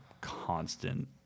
constant